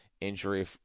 injury